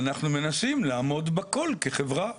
ואנחנו מנסים לעמוד בהכול כחברה,